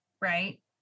right